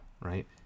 right